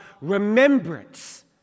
remembrance